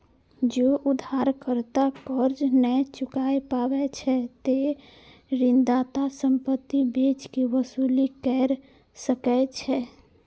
जौं उधारकर्ता कर्ज नै चुकाय पाबै छै, ते ऋणदाता संपत्ति बेच कें वसूली कैर सकै छै